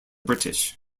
british